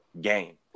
game